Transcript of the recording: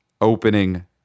opening